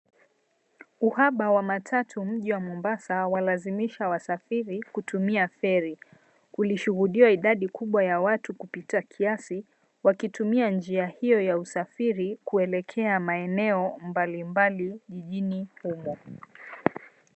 Uhaba wa matatu mji wa Mombasa walazimisha wasafiri kutumia feri. Kulishuhudiwa idadi kubwa ya watu kupita kiasi wakitumia njia hiyo ya usafiri kuelekea maeneo mbalimbali mjini humo.